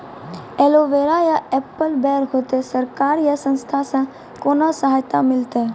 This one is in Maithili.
एलोवेरा या एप्पल बैर होते? सरकार या संस्था से कोनो सहायता मिलते?